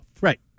Right